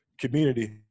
community